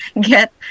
get